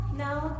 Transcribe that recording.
now